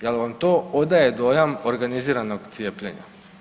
Jel vam to odaje dojam organiziranog cijepljenja?